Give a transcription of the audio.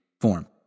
form